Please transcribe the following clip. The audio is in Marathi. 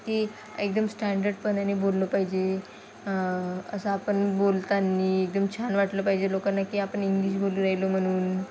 की एकदम स्टँडर्ड पणाने बोललो पाहिजे असं आपण बोलताना एकदम छान वाटलं पाहिजे लोकांना की आपण इंग्लिश बोलू राहिलो म्हणून